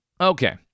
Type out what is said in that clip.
Okay